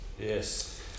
Yes